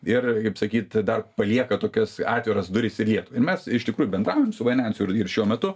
ir kaip sakyt dar palieka tokias atviras duris į lietuvą ir mes iš tikrųjų bendraujam su bainensu ir ir šiuo metu